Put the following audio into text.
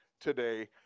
today